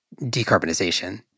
decarbonization